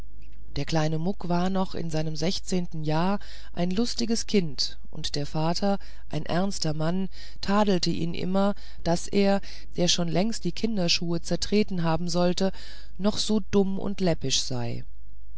der kleine muck war noch in seinem sechszehnten jahr ein lustiges kind und der vater ein ernster mann tadelte ihn immer daß er der schon längst die kinderschuhe zertreten haben sollte noch so dumm und läppisch sei